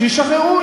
שישחררו.